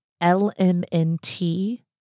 LMNT